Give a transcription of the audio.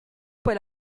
poi